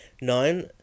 Nine